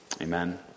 Amen